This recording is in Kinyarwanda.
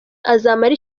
azamara